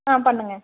பண்ணுங்க